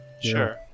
Sure